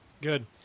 Good